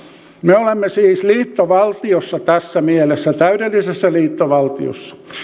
me olemme siis liittovaltiossa tässä mielessä täydellisessä liittovaltiossa